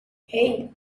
hey